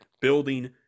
building